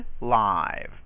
live